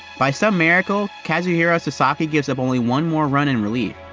by some miracle, kazuhiro sasaki gives up only one more run-in relief.